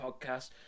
podcast